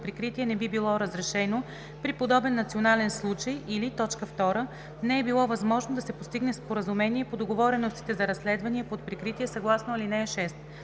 прикритие не би било разрешено при подобен национален случай, или 2. не е било възможно да се постигне споразумение по договореностите за разследвания под прикритие съгласно ал. 6.